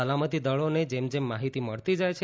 સલામતી દળોને જેમ જેમ માહિતી મળતી જાય છે